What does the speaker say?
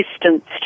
distanced